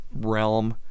realm